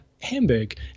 Hamburg